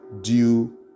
due